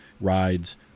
rides